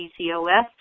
PCOS